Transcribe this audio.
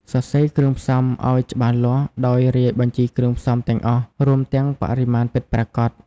សរសេរគ្រឿងផ្សំឱ្យច្បាស់លាស់ដោយរាយបញ្ជីគ្រឿងផ្សំទាំងអស់ រួមទាំងបរិមាណពិតប្រាកដ។